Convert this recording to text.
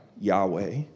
yahweh